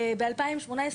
ב-2018,